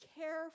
care